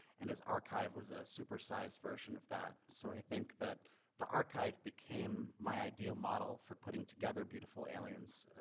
and his archive was a super sized version of that. so i think that the archive became my ideal model for putting together beautiful aliens.